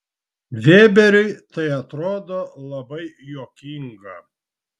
vėberiui tai atrodo labai juokinga